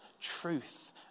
truth